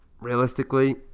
realistically